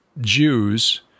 Jews